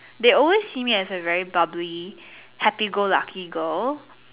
they always see me as a very bubbly happy go lucky girl